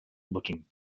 looking